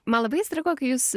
man labai įstrigo kai jūs